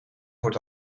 wordt